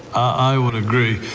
i would agree.